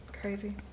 Crazy